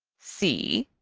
see,